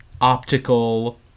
Optical